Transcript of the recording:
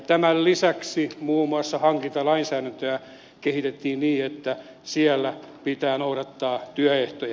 tämän lisäksi muun muassa hankintalainsäädäntöä kehitettiin niin että siellä pitää noudattaa työehtoja